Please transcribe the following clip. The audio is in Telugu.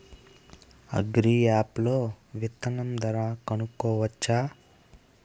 అగ్రియాప్ లో విత్తనం ధర కనుకోవచ్చా?